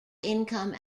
income